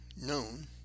known